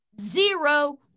zero